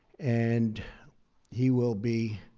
and he will be,